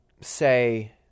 say